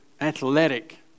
athletic